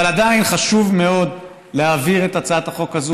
אבל עדיין חשוב מאוד להעביר את הצעת חוק הזאת